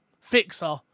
fixer